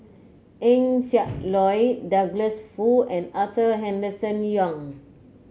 Eng Siak Loy Douglas Foo and Arthur Henderson Young